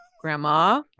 grandma